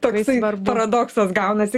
toksai paradoksas gaunasi